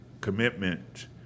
commitment